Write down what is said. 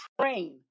train